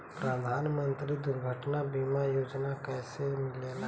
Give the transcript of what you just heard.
प्रधानमंत्री दुर्घटना बीमा योजना कैसे मिलेला?